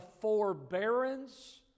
forbearance